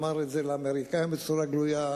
אמר את זה לאמריקנים בצורה גלויה,